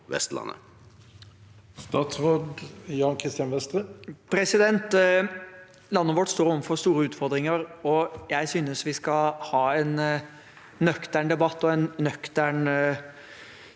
Vestlandet? Statsråd Jan Christian Vestre Landet vårt står overfor store utfordringer, og jeg synes vi skal ha en nøktern debatt og en nøktern